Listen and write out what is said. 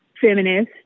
feminist